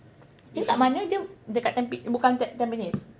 dia kat mana dia dekat tampi~ bukan tamp~ Tampines